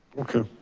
okay.